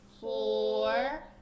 four